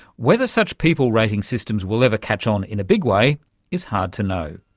whether such people rating systems will ever catch on in a big way is hard to know.